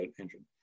engine